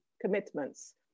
commitments